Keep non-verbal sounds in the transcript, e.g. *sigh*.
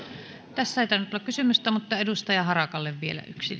tässä ei tainnut tulla kysymystä mutta edustaja harakalle vielä yksi *unintelligible*